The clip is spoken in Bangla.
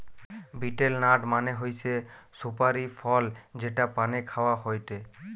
বিটেল নাট মানে হৈসে সুপারি ফল যেটা পানে খাওয়া হয়টে